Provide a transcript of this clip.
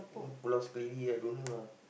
pulau sendiri I don't know lah